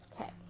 Okay